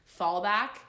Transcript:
fallback